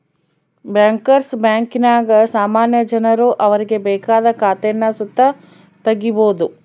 bankers ಬ್ಯಾಂಕಿನಾಗ ಸಾಮಾನ್ಯ ಜನರು ಅವರಿಗೆ ಬೇಕಾದ ಖಾತೇನ ಸುತ ತಗೀಬೋದು